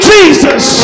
Jesus